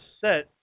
set